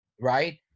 right